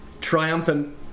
triumphant